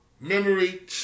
memory